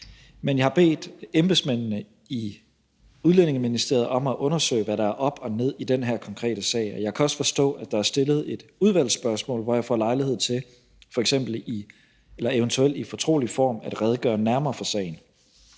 Men jeg har bedt embedsmændene i Udlændingeministeriet om at undersøge, hvad der er op og ned i den her konkrete sag, og jeg kan også forstå, at der er stillet et udvalgsspørgsmål, så jeg får lejlighed til eventuelt i fortrolig form at redegøre nærmere for sagen.